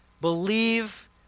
Believe